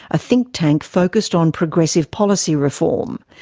a think tank focused on progressive policy reform.